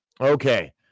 Okay